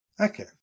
Okay